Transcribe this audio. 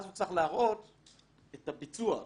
הוא צריך להראות את הביצוע.